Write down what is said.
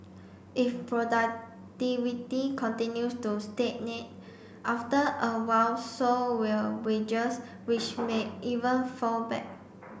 if productivity continues to stagnate after a while so will wages which may even fall back